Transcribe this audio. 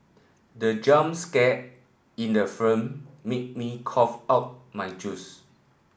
the jump scare in the made me cough out my juice